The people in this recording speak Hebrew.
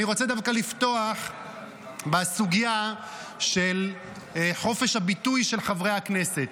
אני רוצה דווקא לפתוח בסוגיה של חופש הביטוי של חברי הכנסת.